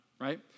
right